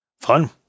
Fun